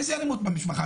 איזו אלימות במשפחה?